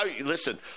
listen